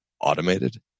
automated